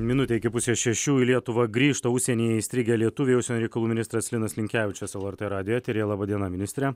minutė iki pusės šešių į lietuvą grįžta užsienyje įstrigę lietuviai užsienio reikalų ministras linas linkevičius lrt radijo eteryje laba diena ministre